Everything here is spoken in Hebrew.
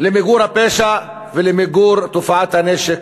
למיגור הפשע ולמיגור תופעת הנשק,